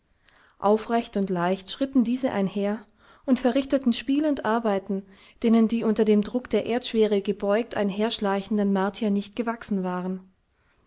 aufrecht und leicht schritten diese einher und verrichteten spielend arbeiten denen die unter dem druck der erdschwere gebeugt einherschleichenden martier nicht gewachsen waren